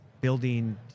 building